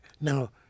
Now